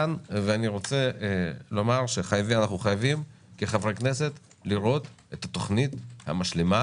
אנחנו חייבים כחברי כנסת לראות את התוכנית המשלימה